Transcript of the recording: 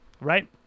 Right